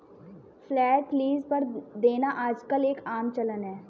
flat lease पर देना आजकल एक आम चलन है